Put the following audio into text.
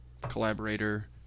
collaborator